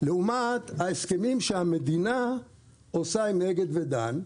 לעומת ההסכמים שהמדינה עושה עם אגד ודן.